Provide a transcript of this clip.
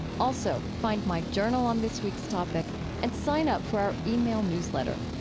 also, find my journal on this week's topic and sign up for our ah e-mail newsletter.